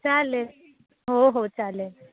चालेल हो हो चालेल